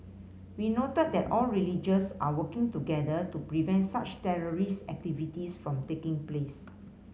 we noted that all religions are working together to prevent such terrorist activities from taking place